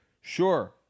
Sure